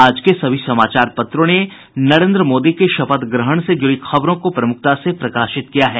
आज के सभी समाचार पत्रों ने नरेन्द्र मोदी के शपथ ग्रहण से जुड़ी खबरों को प्रमुखता से प्रकाशित किया है